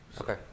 Okay